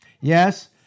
Yes